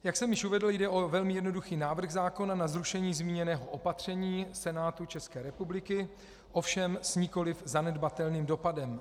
Jak jsem již uvedl, jde o velmi jednoduchý návrh zákona na zrušení zmíněného opatření Senátu České republiky, ovšem nikoliv se zanedbatelným dopadem.